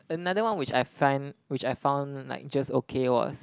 another one which I find which I found like just okay was